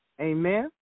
Amen